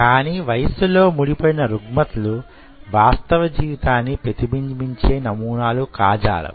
కాని వయస్సుతో ముడిపడిన రుగ్మతలు వాస్తవ జీవితాన్ని ప్రతిబింబించే నమూనాలు కాజాలవు